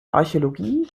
archäologie